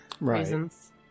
reasons